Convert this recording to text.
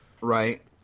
Right